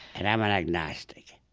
and i'm an agnostic.